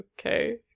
okay